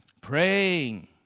praying